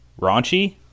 raunchy